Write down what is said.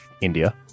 India